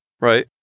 right